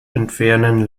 entfernen